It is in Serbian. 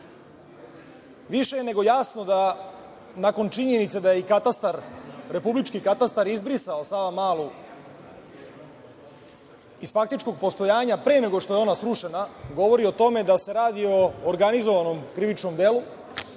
je nego jasno da, nakon činjenice da je i katastar, republički katastar, izbrisao Savamalu iz faktičkog postojanja pre nego što je ona srušena, govori o tome da se radi o organizovanom krivičnom delu